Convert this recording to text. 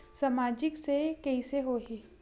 सामाजिक से कइसे होही?